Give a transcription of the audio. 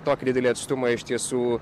tokį didelį atstumą iš tiesų